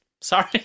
Sorry